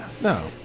No